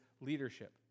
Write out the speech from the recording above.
leadership